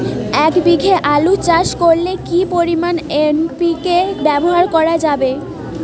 এক বিঘে আলু চাষ করলে কি পরিমাণ এন.পি.কে ব্যবহার করা যাবে?